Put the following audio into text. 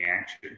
action